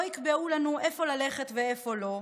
לא יקבעו לנו איפה ללכת ואיפה לא.